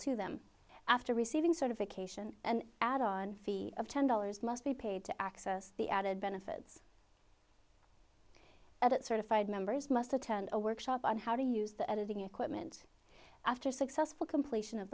to them after receiving sort of vacation and add on fee of ten dollars must be paid to access the added benefits at certified members must attend a workshop on how to use the editing equipment after successful completion of